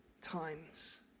times